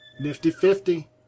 Nifty-fifty